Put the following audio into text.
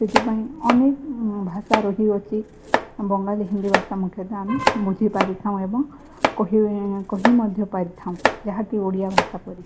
ସେଥିପାଇଁ ଅନେକ ଭାଷା ରହିଅଛି ବଙ୍ଗାଳୀ ହିନ୍ଦୀ ଭାଷା ମୁଖ୍ୟତଃ ଆମେ ବୁଝି ପାରିଥାଉ ଏବଂ କହି ମଧ୍ୟ ପାରିଥାଉ ଯାହାକି ଓଡ଼ିଆ ଭାଷା ପରି